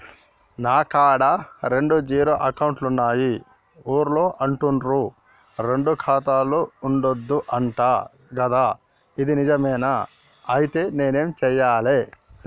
నా కాడా రెండు జీరో అకౌంట్లున్నాయి ఊళ్ళో అంటుర్రు రెండు ఖాతాలు ఉండద్దు అంట గదా ఇది నిజమేనా? ఐతే నేనేం చేయాలే?